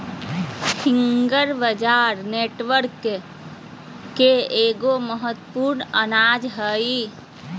finger बाजरा कर्नाटक के एगो महत्वपूर्ण अनाज हइ